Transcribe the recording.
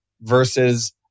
versus